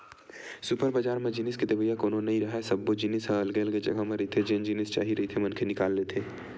super बजार म जिनिस के देवइया कोनो नइ राहय, सब्बो जिनिस ह अलगे अलगे जघा म रहिथे जेन जिनिस चाही रहिथे मनखे निकाल लेथे